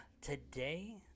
today